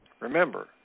Remember